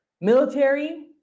military